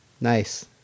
Nice